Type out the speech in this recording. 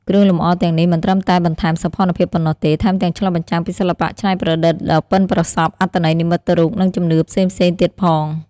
គ្រឿងលម្អទាំងនេះមិនត្រឹមតែបន្ថែមសោភ័ណភាពប៉ុណ្ណោះទេ ថែមទាំងឆ្លុះបញ្ចាំងពីសិល្បៈច្នៃប្រឌិតដ៏ប៉ិនប្រសប់ អត្ថន័យនិមិត្តរូប និងជំនឿផ្សេងៗទៀតផង។